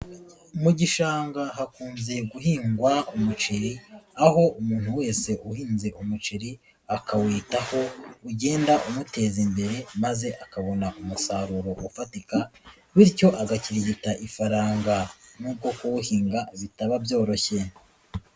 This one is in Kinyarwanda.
Mu gishanga hakunze guhingwa umuceri, aho umuntu wese uhinze umuceri akawitaho, ugenda umuteza imbere maze akabona umusaruro ufatika, bityo agakirigita ifaranga nubwo kuwuhinga bitaba byoroshye.